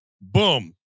boom